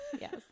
yes